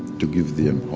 to give them